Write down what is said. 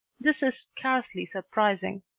this is scarcely surprising.